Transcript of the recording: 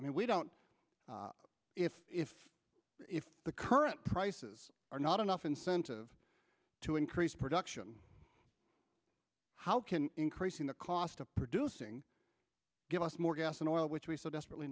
i mean we don't if if if the current prices are not enough incentive to increase production how can increasing the cost of producing give us more gas and oil which we so desperately